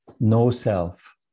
no-self